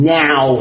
now